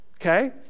okay